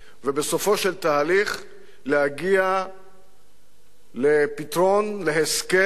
ובסופו של תהליך להגיע לפתרון, להסכם,